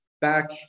back